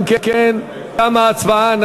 אם כן, תמה ההצבעה.